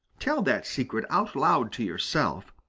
tell that secret out loud to yourself,